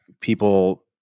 people